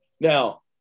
now